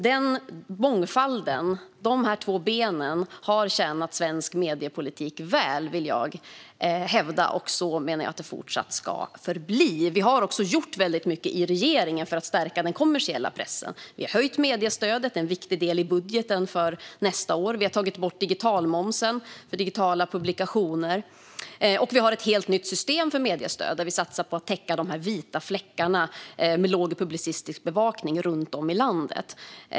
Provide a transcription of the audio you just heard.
Den mångfalden, de två benen, har tjänat svensk mediepolitik väl, vill jag hävda, och så menar jag att det ska förbli. Vi har också gjort väldigt mycket i regeringen för att stärka den kommersiella pressen. Vi har höjt mediestödet, en viktig del i budgeten, för nästa år. Vi har tagit bort digitalmomsen för digitala publikationer. Vi har också ett helt nytt system för mediestöd där vi satsar på att täcka de vita fläckarna med låg publicistisk bevakning runt om i landet.